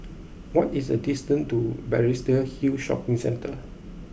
what is the distance to Balestier Hill Shopping Centre